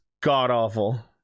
god-awful